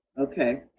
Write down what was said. Okay